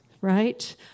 right